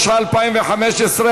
התשע"ה 2015,